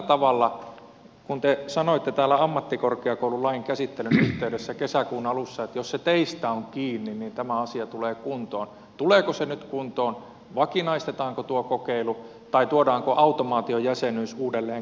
kun te sanoitte täällä ammattikorkeakoululain käsittelyn yhteydessä kesäkuun alussa että jos se teistä on kiinni niin tämä asia tulee kuntoon niin tuleeko se nyt kuntoon vakinaistetaanko tuo kokeilu tai tuodaanko automaatiojäsenyys uudelleen keskusteluun